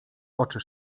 oczy